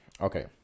okay